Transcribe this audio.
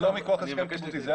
זה לא מכוח הסכם קיבוצי.